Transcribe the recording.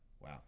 Wow